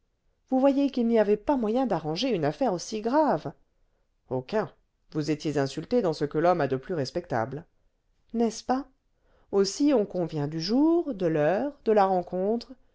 vous voyez qu'il n'y avait pas moyen d'arranger une affaire aussi grave aucun vous étiez insulté dans ce que l'homme a de plus respectable n'est-ce pas aussi on convient du jour de l'heure de la rencontre